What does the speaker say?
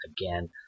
Again